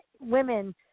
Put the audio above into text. women